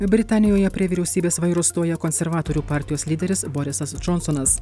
britanijoje prie vyriausybės vairo stoja konservatorių partijos lyderis borisas džonsonas